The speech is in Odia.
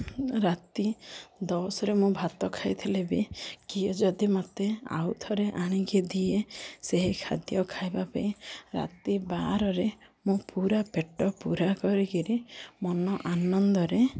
ରାତି ଦଶରେ ମୁଁ ଭାତ ଖାଇଥିଲେ ବି କିଏ ଯଦି ମୋତେ ଆଉଥରେ ଆଣିକି ଦିଏ ସେହି ଖାଦ୍ୟ ଖାଇବା ପାଇଁ ରାତି ବାରରେ ମୁଁ ପୁରା ପେଟ ପୁରା କରିକିରି ମନ ଆନନ୍ଦରେ